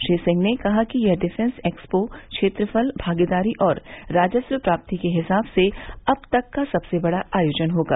श्री सिंह ने कहा कि यह डिफेंस एक्सपो क्षेत्रफल भागीदारी और राजस्व प्राप्ति के हिसाब से अब तक का सबसे बड़ा आयोजन होगा